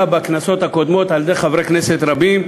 בכנסות הקודמות על-ידי חברי כנסת רבים.